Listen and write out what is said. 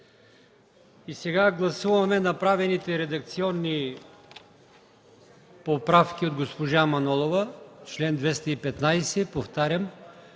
Сега гласуваме направените редакционни поправки от госпожа Манолова в чл. 215 – в ал.